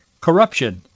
corruption